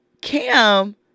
Cam